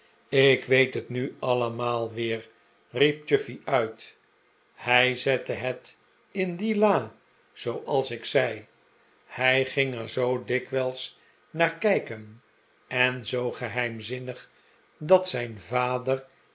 ik weet het nu allemaal weer riep chuffey uit hij zette het in die la zooals ik zei hij ging er zoo dikwijls naar kijken en zoo geheimzinnig dat zijn vader